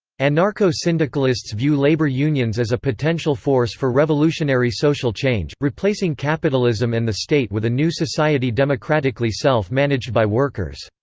anarcho-syndicalists view labour unions as a potential force for revolutionary social change, replacing capitalism and the state with a new society democratically self-managed by workers.